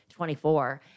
24